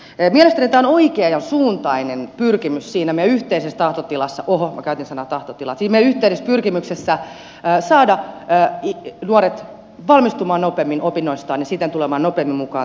mielestäni tämä on oikeansuuntainen pyrkimys siinä meidän yhteisessä tahtotilassa oho minä käytin sanaa tahtotila siis meidän yhteisessä pyrkimyksessä saada nuoret valmistumaan nopeammin opinnoistaan ja siten tulemaan nopeammin mukaan työelämään